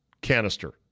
canister